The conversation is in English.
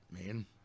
man